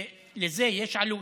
לזה יש עלות.